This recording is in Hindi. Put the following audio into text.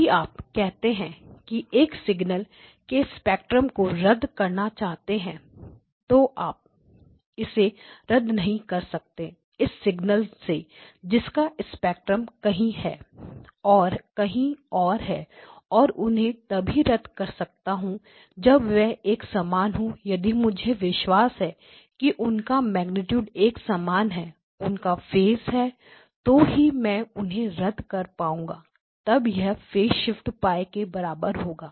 यदि आप कहते हैं कि एक सिग्नल के स्पेक्ट्रम को रद्द करना चाहते हैं तो आप इसे रद्द नहीं कर सकते इस सिग्नल से जिसका स्पेक्ट्रम कहीं और है मैं उन्हें तभी रद्द कर सकता हूं जब वह एक समान हो यदि मुझे विश्वास है कि उनका मेग्नीट्यूड एक समान है और उनका फेस है तो ही मैं उन्हें रद्द कर पाऊंगा तब यह फेस शिफ्ट पाईphase shift of π के बराबर होगा